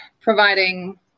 providing